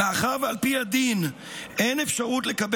מאחר שעל פי הדין אין אפשרות לקבל